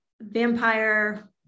vampire